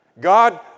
God